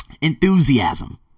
enthusiasm